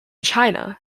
china